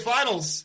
Finals